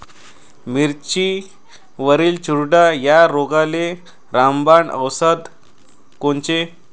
मिरचीवरील चुरडा या रोगाले रामबाण औषध कोनचे?